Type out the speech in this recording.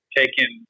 taken